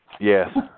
Yes